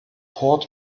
port